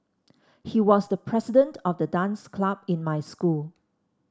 he was the president of the dance club in my school